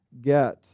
get